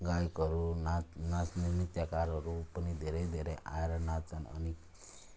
गायकहरू नाच नाच्ने नृत्यकारहरू पनि धेरै धेरै आएर नाच्छन् अनि